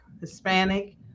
Hispanic